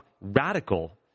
radical